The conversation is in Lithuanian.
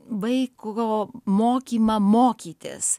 vaiko mokymą mokytis